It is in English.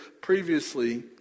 previously